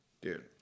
Dude